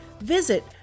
visit